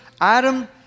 Adam